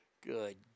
Good